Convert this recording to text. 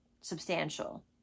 substantial